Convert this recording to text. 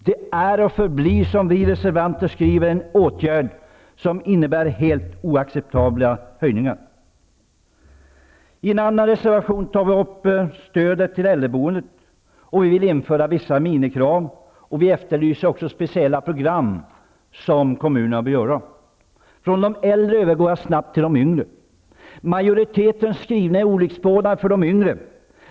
Det är och förblir, som vi reservanter skriver, en åtgärd som innebär helt oacceptabla höjningar. I en annan reservation tar vi upp stödet till äldreboendet och vill införa vissa minimikrav. Vi efterlyser också speciella program från kommunernas sida. Från de äldre övergår jag snabbt till de yngre. Majoritetens skrivning är olycksbådande för de yngre.